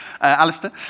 Alistair